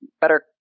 better